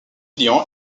client